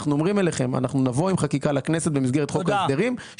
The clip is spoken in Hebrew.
אנחנו אומרים לכם שאנחנו נבוא עם חקיקה לכנסת במסגרת חוק ההסדרים,